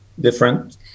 different